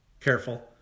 Careful